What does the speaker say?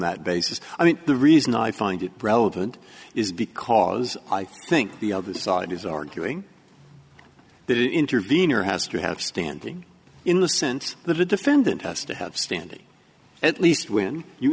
that basis i mean the reason i find it bro of and is because i think the other side is arguing that intervenor has to have standing in the sense the defendant us to have standing at least when you